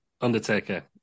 Undertaker